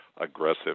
aggressive